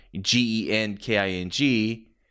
G-E-N-K-I-N-G